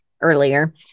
earlier